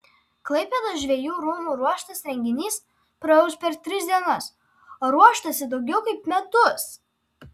klaipėdos žvejų rūmų ruoštas renginys praūš per tris dienas o ruoštasi daugiau kaip metus